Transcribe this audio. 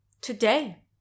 Today